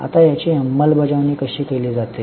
आता याची अंमलबजावणी कशी केली जाते